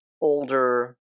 older